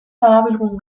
darabilgun